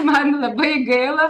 man labai gaila